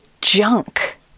junk